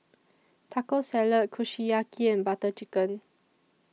Taco Salad Kushiyaki and Butter Chicken